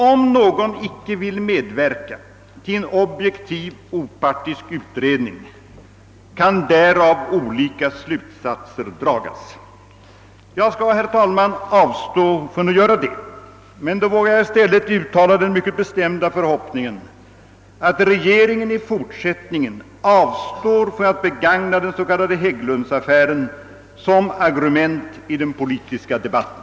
Om någon icke vill medverka till en objektiv, opartisk utredning kan därav olika slutsatser dragas. Jag skall, herr talman, avstå från att göra det. Men då vågar jag i stället uttala den mycket bestämda förhoppningen att regeringen i fortsättningen avstår från att begagna den s.k. Hägglundsaffären som argument i den politiska debatten.